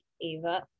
Ava